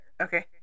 Okay